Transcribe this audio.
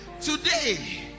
today